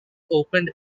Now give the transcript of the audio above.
opened